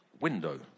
window